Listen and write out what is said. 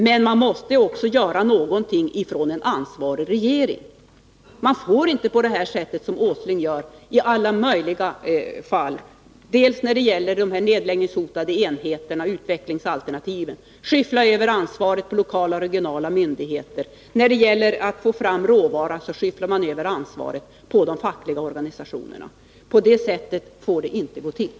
Men en ansvarig regering måste också göra någonting. Man får inte, som Nils Åsling gör, skyffla över ansvaret på andra. Ansvaret för utvecklingsalternativen när det gäller de nedläggningshotade enheterna skyfflar han över på lokala och regionala myndigheter, ansvaret för att få fram råvara skyfflar han över på de fackliga organisationerna. På det sättet får det inte gå till.